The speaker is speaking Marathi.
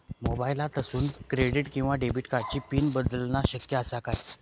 मोबाईलातसून क्रेडिट किवा डेबिट कार्डची पिन बदलना शक्य आसा काय?